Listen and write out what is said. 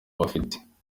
bafite